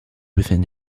within